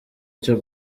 cyo